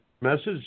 message